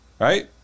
Right